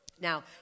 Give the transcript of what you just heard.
Now